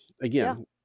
Again